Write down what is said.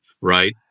right